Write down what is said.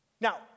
Now